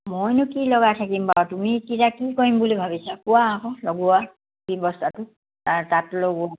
মইনো কি লগাই থাকিম বাৰু তুমি এতিয়া কি কৰিম বুলি ভাবিছা কোৱা আকৌ লগোৱা কি অৱস্থাটো তাত লগোৱাটো